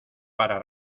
para